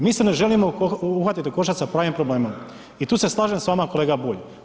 Mi se ne želimo uhvatiti u koštac sa pravim problemom i tu se slažem s vama kolega Bulj.